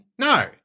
no